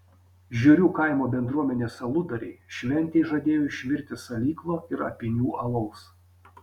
žiurių kaimo bendruomenės aludariai šventei žadėjo išvirti salyklo ir apynių alaus